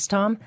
Tom